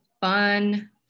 fun